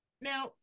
now